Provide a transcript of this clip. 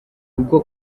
ubwo